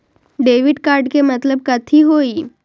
Debit card के मतलब कथी होई?